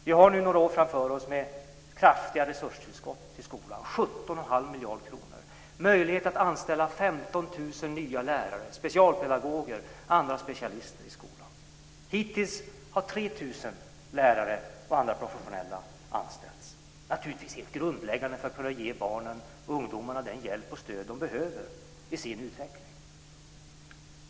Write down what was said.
Vi har nu några år framför oss med kraftiga resurstillskott till skolan - 17 1⁄2 miljard kronor. Det ger möjlighet att anställa 15 000 nya lärare, specialpedagoger och andra specialister i skolan. Hittills har 3 000 lärare och andra professionella anställts. Det är naturligtvis helt grundläggande för att kunna ge barnen och ungdomarna den hjälp och det stöd de behöver i sin utveckling.